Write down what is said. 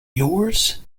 yours